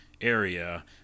area